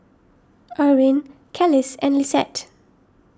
Erwin Kelis and Lissette